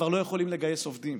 כבר לא יכולים לגייס עובדים.